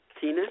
Tina